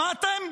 שמעתם?